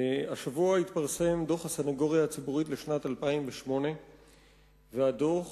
השבוע התפרסם דוח הסניגוריה הציבורית לשנת 2008. הדוח